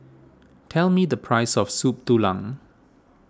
tell me the price of Soup Tulang